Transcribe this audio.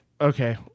Okay